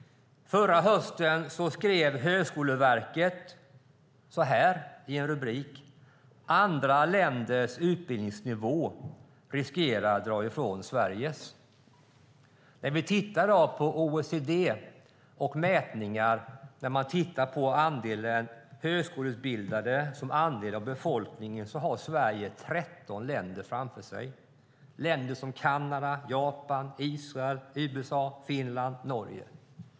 Förra hösten skrev Högskoleverket så här i en rubrik: "Andra länders utbildningsnivå riskerar att dra ifrån Sveriges". OECD:s siffror och mätningar där man tittar på andelen högskoleutbildade som andel av befolkningen visar att Sverige har 13 länder framför sig. Det är länder som exempelvis Kanada, Japan, Israel, USA, Finland och Norge.